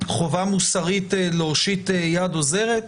חובה מוסרית להושיט יד עוזרת?